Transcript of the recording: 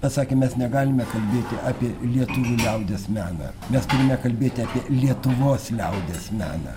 pasakė mes negalime kalbėti apie lietuvių liaudies meną mes turime kalbėti apie lietuvos liaudies meną